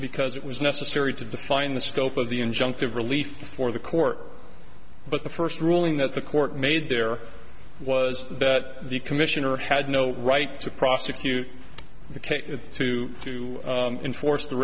because it was necessary to define the scope of the injunctive relief for the court but the first ruling that the court made there was that the commissioner had no right to prosecute the case to to enforce the